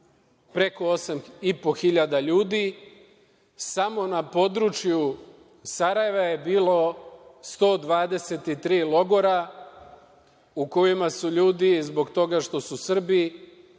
preko 8.500 ljudi. Samo na području Sarajeva je bilo 123 logora u kojima su ljudi, zbog toga što su Srbi,